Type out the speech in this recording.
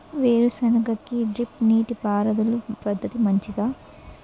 వేరుసెనగ కి డ్రిప్ నీటిపారుదల పద్ధతి మంచిదా?